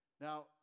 Now